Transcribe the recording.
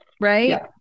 Right